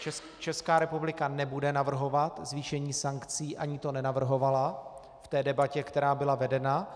Česká republika nebude navrhovat zvýšení sankcí, ani to nenavrhovala v té debatě, která byla vedena.